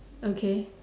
okay